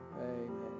Amen